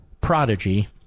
prodigy